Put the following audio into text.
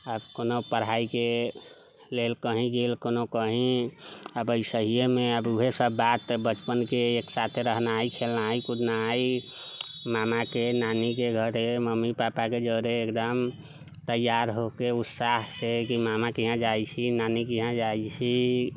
आब कोनो पढ़ाइके लेल कहीं गेल कोनो कहीं आब एहिसे एहिमे वएह सभ बात बचपनके एक साथे रहनाइ खेलनाइ कुदनाइ नानाके नानीके घरे मम्मी पापाके जरे एकदम तैयार होइके उत्साहसँ कि नानाके यहाँ जाइ छी नानीके यहाँ जाइ छी